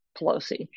Pelosi